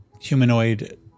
humanoid